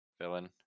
villain